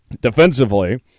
Defensively